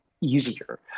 Easier